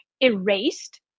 erased